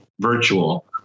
virtual